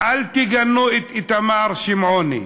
אל תגנו את איתמר שמעוני.